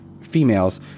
females